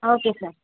okay sir